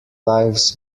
lives